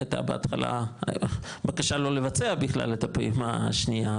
היה בהתחלה בקשה לא לבצע בכלל את הפעימה השנייה,